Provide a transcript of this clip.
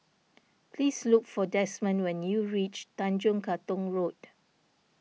please look for Desmond when you reach Tanjong Katong Road